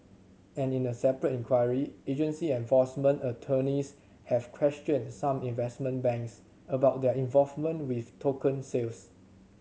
and in a separate inquiry agency enforcement attorneys have questioned some investment banks about their involvement with token sales